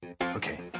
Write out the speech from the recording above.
okay